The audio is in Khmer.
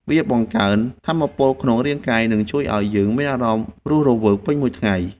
វាបង្កើនថាមពលក្នុងរាងកាយ និងជួយឱ្យយើងមានអារម្មណ៍រស់រវើកពេញមួយថ្ងៃ។